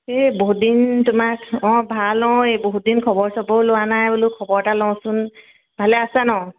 এই বহুত দিন তোমাক অঁ ভাল অঁ এই বহুত দিন খবৰ চবৰো লোৱা নাই বোলো খবৰ এটা লওঁচোন ভালে আছা ন